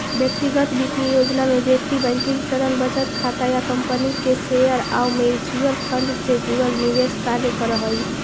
व्यक्तिगत वित्तीय योजना में व्यक्ति बैंकिंग, ऋण, बचत खाता या कंपनी के शेयर आउ म्यूचुअल फंड से जुड़ल निवेश कार्य करऽ हइ